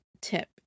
tip